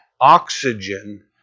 oxygen